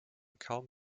kaum